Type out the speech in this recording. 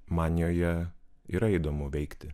man joje yra įdomu veikti